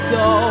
go